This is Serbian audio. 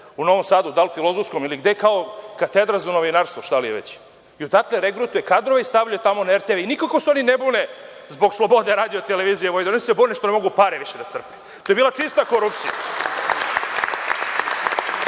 u Novom Sadu, da li filozofskom ili gde, kao katedra za novinarstvo, šta li već. Odatle regrutuje kadrove i stavlja tamo na RTV. Nikako se oni ne bune zbog slobode RTV, oni se bune što ne mogu pare više da crpe. To je bila čista korupcija. Elem,